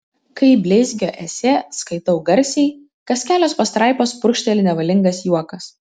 kai bleizgio esė skaitau garsiai kas kelios pastraipos purkšteli nevalingas juokas